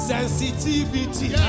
Sensitivity